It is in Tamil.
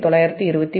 2300